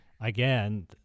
Again